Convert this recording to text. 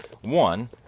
One